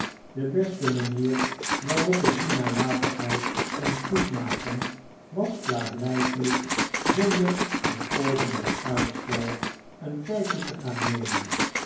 de beste manier waarop ik die nalatigheid kon goed maken was klaarblykelyk zonder een oogenblik uitstel een kijkjetegaan nemen